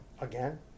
Again